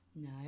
No